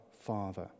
Father